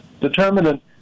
Determinant